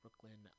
Brooklyn